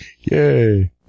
Yay